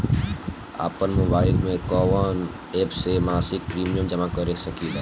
आपनमोबाइल में कवन एप से मासिक प्रिमियम जमा कर सकिले?